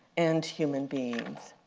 and human beings.